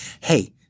Hey